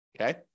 Okay